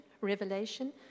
revelation